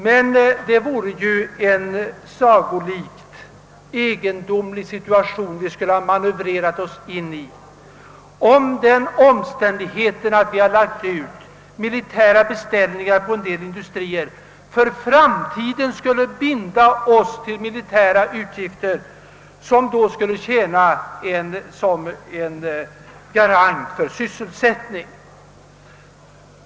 Men det vore ju en egendomlig situation vi skulle ha manövrerat oss in i, om den omständigheten, att vi har lagt ut militära beställningar på en del industrier, för framtiden skulle fängsla oss till militära utgifter som då skulle tjäna som garanti för sysselsättning.